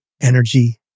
energy